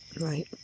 Right